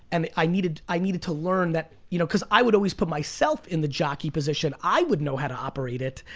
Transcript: and i needed i needed to learn that, you know i would always put myself in the jockey position, i would know how to operate it.